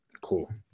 Cool